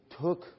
took